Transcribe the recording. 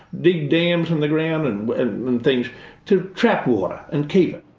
dig dams in the ground and and things to trap water and keep